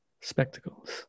spectacles